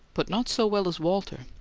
but not so well as walter.